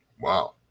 Wow